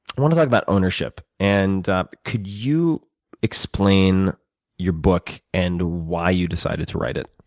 want to talk about ownership. and could you explain your book and why you decided to write it?